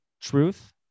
truth